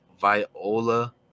Viola